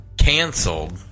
Canceled